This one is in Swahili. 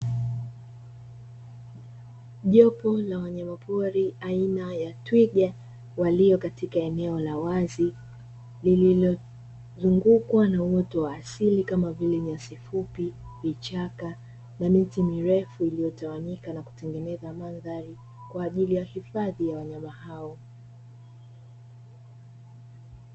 Jopo la wanyamapori aina ya twiga walio katika eneo la wazi, lililozungukwa na uwezo wa asili kama vile nyasi fupi, vichaka na miti mirefu, iliyotawanyika na kutengeneza mandhari kwa ajili ya hifadhi ya wanyama hao.